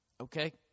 Okay